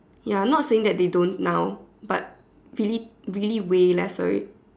ya I'm not saying that they don't now but really really way lesser already